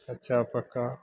कच्चा पक्का